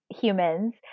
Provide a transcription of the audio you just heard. humans